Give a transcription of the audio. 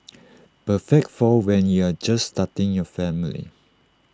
perfect for when you're just starting your family